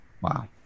wow